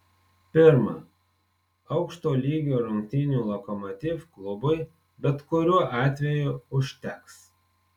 pirma aukšto lygio rungtynių lokomotiv klubui bet kuriuo atveju užteks